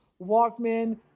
Walkman